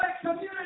community